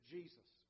Jesus